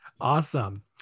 awesome